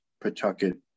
Pawtucket